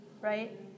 Right